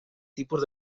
tipus